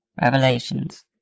Revelations